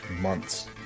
months